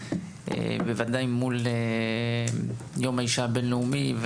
בוודאי מול יום האישה הבינלאומי,